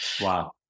Wow